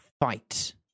fight